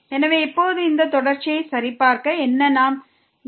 எனவே இப்போது இந்த தொடர்ச்சியை சரிபார்க்க என்ன நாம் செய்யவேண்டும்